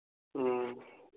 ꯎꯝ